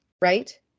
right